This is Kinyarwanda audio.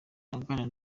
aganira